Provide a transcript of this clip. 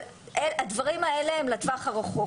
הדברים האלה הם לטווח הרחוק.